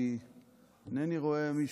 כי אינני רואה מישהו.